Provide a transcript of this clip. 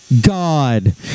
God